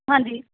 ਹਾਂਜੀ